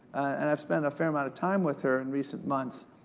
and i've spent a fair amount of time with her in recent months.